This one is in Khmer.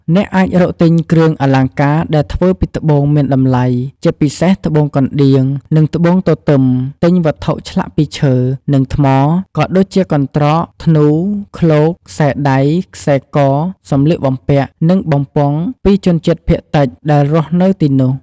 អ្នកអាចរកទិញគ្រឿងអលង្ការដែលធ្វើពីត្បូងមានតម្លៃ ជាពិសេសត្បូងកណ្ដៀង និងត្បូងទទឹម ទិញវត្ថុឆ្លាក់ពីឈើ និងថ្ម ក៏ដូចជាកន្ត្រក ធ្នូ ឃ្លោក ខ្សែដៃ ខ្សែក សម្លៀកបំពាក់ និងបំពង់ពីជនជាតិភាគតិចដែលរស់នៅទីនោះ។